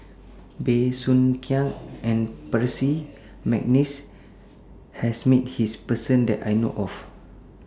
Bey Soo Khiang and Percy Mcneice has Met His Person that I know of